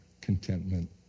contentment